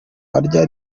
arya